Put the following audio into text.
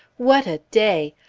what a day!